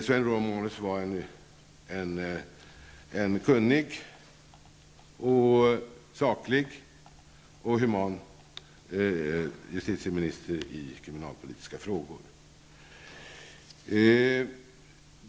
Sven Romanus var en kunnig, saklig och human justitieminister i kriminalpolitiska frågor.